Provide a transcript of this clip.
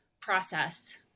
process